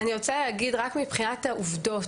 מבחינת העובדות,